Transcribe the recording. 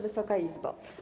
Wysoka Izbo!